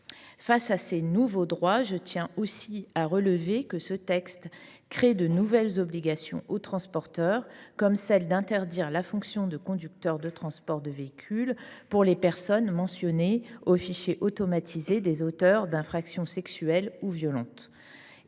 Face à ces nouveaux droits, je tiens aussi à relever que le texte crée de nouvelles obligations aux transporteurs, comme celle d’interdire la fonction de conducteur de transport de véhicule aux personnes mentionnées au fichier judiciaire national automatisé des auteurs d’infractions sexuelles ou violentes.